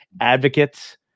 advocates